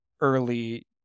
early